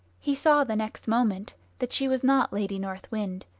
he saw the next moment that she was not lady north wind,